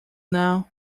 now